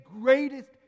greatest